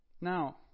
Now